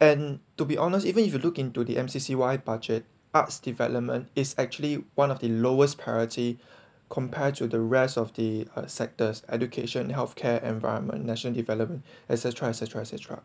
and to be honest even if you look into the M_C_C_Y budget arts development is actually one of the lowest priority compare to the rest of the uh sectors education health care environment national development etcetera etcetera etcetera